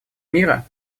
мира